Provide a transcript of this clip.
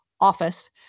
office